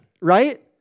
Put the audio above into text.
right